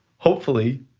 hopefully,